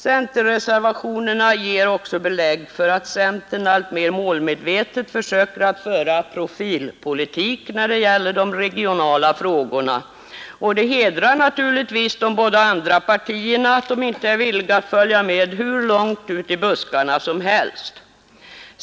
Centerreservationerna ger också belägg för att centern alltmer målmedvetet försöker föra en profilpolitik när det gäller de regionala frågorna. Det hedrar de båda andra partierna att de inte är villiga att följa med hur långt ut i buskarna som helst.